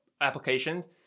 applications